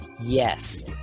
Yes